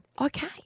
Okay